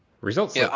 Results